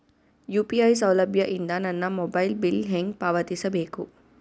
UPI ಸೌಲಭ್ಯ ಇಂದ ನನ್ನ ಮೊಬೈಲ್ ಬಿಲ್ ಹೆಂಗ್ ಪಾವತಿಸ ಬೇಕು?